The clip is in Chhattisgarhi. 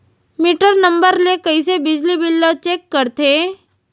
मीटर नंबर ले कइसे बिजली बिल ल चेक करथे?